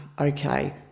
okay